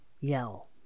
yell